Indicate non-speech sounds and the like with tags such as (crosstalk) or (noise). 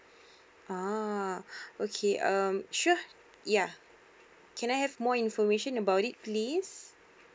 (breath) ah okay um sure ya can I have more information about it please